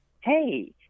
Hey